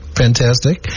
fantastic